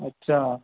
अच्छा